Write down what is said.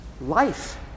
life